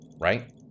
right